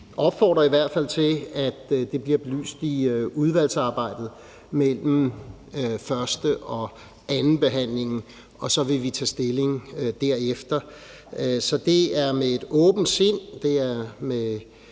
opfordrer i hvert fald til bliver belyst i udvalgsarbejdet mellem første og anden behandling, og så vil vi tage stilling derefter. Så det er med et åbent sind, og en